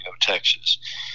Texas